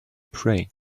pray